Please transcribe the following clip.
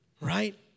Right